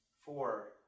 four